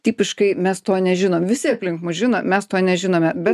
tipiškai mes to nežinom visi aplink mus žino mes to nežinome bet